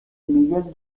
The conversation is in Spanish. miguel